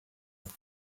and